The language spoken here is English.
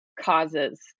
causes